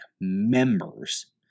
members